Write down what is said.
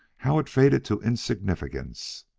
how it faded to insignificance!